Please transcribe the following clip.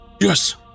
Yes